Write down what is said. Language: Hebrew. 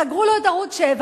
סגרו לו את ערוץ-7,